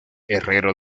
herrero